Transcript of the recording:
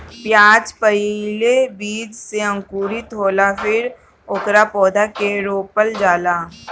प्याज पहिले बीज से अंकुरित होला फेर ओकरा पौधा के रोपल जाला